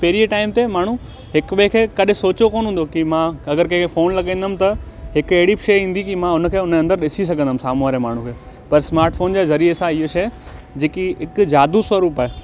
पहिरीं जे टाइम ते माण्हू हिक ॿिए खे कॾहिं सोचियो कोन्ह हूंदो की मां अगरि कंहिंखे फ़ोन लॻाईंदुमि त हिक अहिड़ी बि शय ईंदी की मां हुनखे हुनजे अंदरि ॾिसी सघंदुमि साम्हूं वारे माण्हू खे पर स्मार्ट फ़ोन जे जरिये सां हीअ शय जेकी हिक जादू स्वरूप आहे